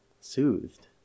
soothed